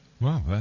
Wow